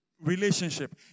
relationship